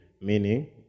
Meaning